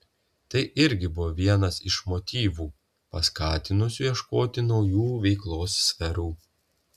tai irgi buvo vienas iš motyvų paskatinusių ieškoti naujų veiklos sferų